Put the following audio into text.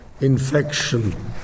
infection